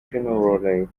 generally